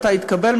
מתי התקבל,